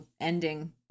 ending